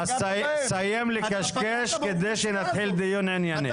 סיימו לקשקש כדי שנתחיל דיון ענייני.